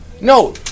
No